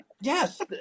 yes